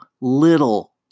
little